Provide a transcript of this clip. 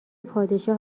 پادشاه